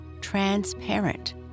transparent